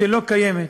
שלא קיימת.